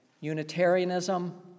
Unitarianism